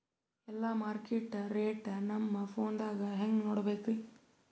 ಎಲ್ಲಾ ಮಾರ್ಕಿಟ ರೇಟ್ ನಮ್ ಫೋನದಾಗ ಹೆಂಗ ನೋಡಕೋಬೇಕ್ರಿ?